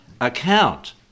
account